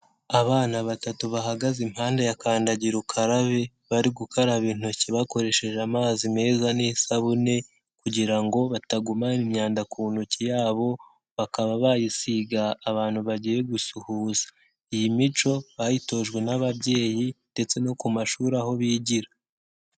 Abana batatu bahagaze impande ya kandagira ukarabe, bari gukaraba intoki bakoresheje amazi meza n'isabune, kugira ngo batagumana imyanda ku ntoki zabo, bakaba bayisiga abantu bagiye gusuhuza. Iyi mico bayitojwe n'ababyeyi ndetse no ku mashuri aho bigira.